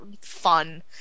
fun